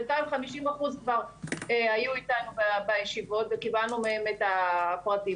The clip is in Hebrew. בינתיים חמישים אחוז כבר היו איתנו בישיבות וקיבלנו מהם את הפרטים,